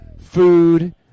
food